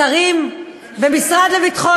שרים והמשרד לביטחון